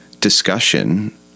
discussion